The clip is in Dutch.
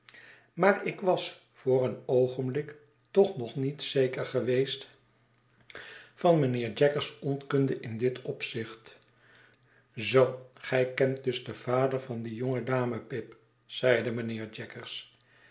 maar ik was voor een oogenblik toch nog niet zeker geweest van mijnheer jaggers orikunde in dit opzicht zoo ge kent dus den vader van die jonge dame pip zeide mijnheer